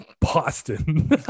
Boston